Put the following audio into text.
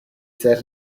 said